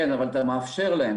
כן, אבל אתה מאפשר להם.